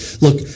Look